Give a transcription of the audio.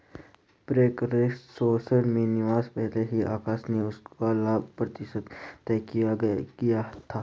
preference shares में निवेश से पहले ही आकाश ने उसका लाभ प्रतिशत तय किया था